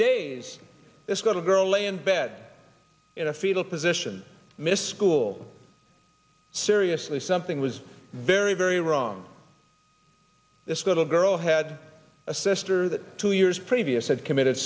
days this got a girl lay in bed in a fetal position missed school seriously something was very very wrong this school girl had a sister that two years previous had committed